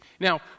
Now